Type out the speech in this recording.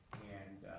and